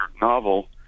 novel